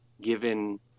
given